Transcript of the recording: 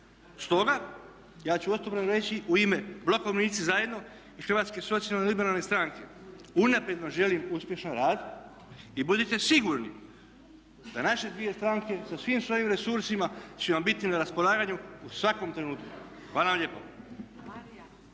Stoga ja ću otvoreno reći u ime bloka Umirovljenici zajedno i Hrvatske socijalno-liberalne stranke unaprijed vam želim uspješan rad i budite sigurni da naše dvije stranke sa svim svojim resursima će vam biti na raspolaganju u svakom trenutku. Hvala vam lijepo.